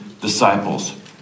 disciples